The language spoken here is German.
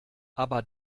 aber